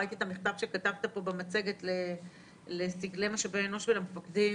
ראיתי את המכתב שכתבת פה במצגת לסגלי משאבי אנוש ולמפקדים